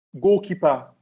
goalkeeper